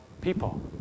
people